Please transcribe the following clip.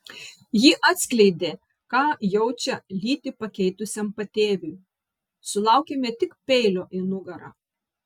ji atskleidė ką jaučia lytį pakeitusiam patėviui sulaukėme tik peilio į nugarą